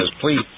please